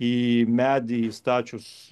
į medį įstačius